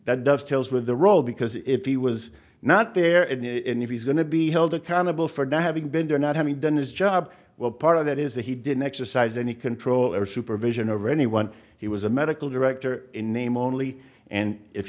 that dovetails with the role because if he was not there and if he's going to be held accountable for not having been there not having done his job well part of that is that he didn't exercise any control or supervision of anyone he was a medical director in name only and if